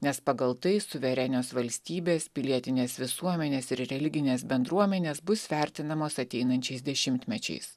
nes pagal tai suverenios valstybės pilietinės visuomenės ir religinės bendruomenės bus vertinamos ateinančiais dešimtmečiais